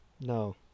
No